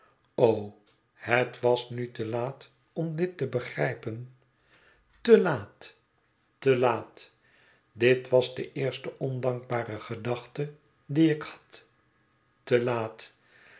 o het was nu te laat om dit te begrijpen te laat te laat dit was de eerste ondankbare gedachte die ik had te laat